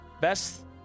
Best